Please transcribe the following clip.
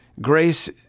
grace